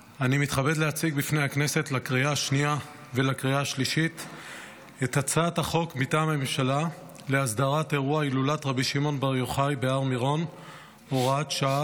(הוראת שעה),